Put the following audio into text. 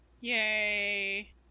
Yay